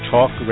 Talk